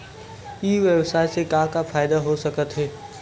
ई व्यवसाय से का का फ़ायदा हो सकत हे?